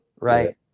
right